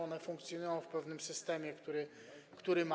One funkcjonują w pewnym systemie, który mamy.